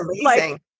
amazing